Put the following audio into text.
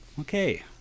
Okay